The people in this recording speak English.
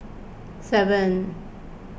seven